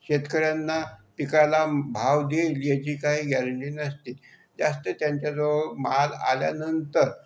शेतकऱ्यांना पिकाला भाव देईल याची काही गॅरंटी नसते जास्त त्यांच्या जवळ भाग आल्यानंतर